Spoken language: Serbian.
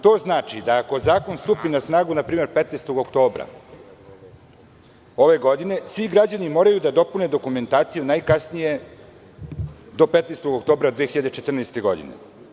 To znači da ako zakon stupi na snagu na primer 15. oktobra ove godine, svi građani moraju da dopune dokumentaciju do 15. oktobra 2014. godine.